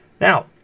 Now